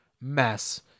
mess